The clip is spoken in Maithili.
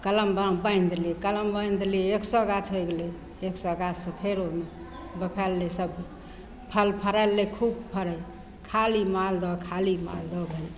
कलम बाग बान्हि देलिए कलम बान्हि देलिए एक सओ गाछ होइ गेलै एक सओ गाछसे फेर ओहिमे फैलै रहै सब फल फड़ल रहै खूब फड़ै खाली मालदह खाली मालदह